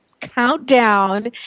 countdown